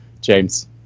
James